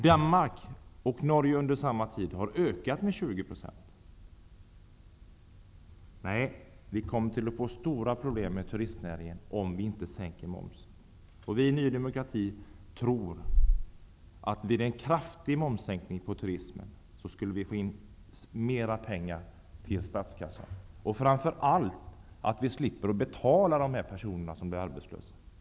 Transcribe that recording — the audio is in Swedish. Danmark och Norge har under samma tid ökat med Nej, vi kommer att få stora problem med turistnäringen om vi inte sänker momsen. Vi i Ny demokrati tror att vid en kraftig momssänkning på turismen skulle man få in mera pengar till statskassan. Framför allt skulle vi slippa betala de personer som blir arbetslösa.